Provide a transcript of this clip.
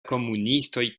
komunistoj